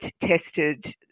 tested